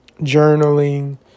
journaling